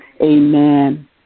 Amen